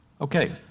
Okay